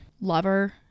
Lover